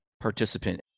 participant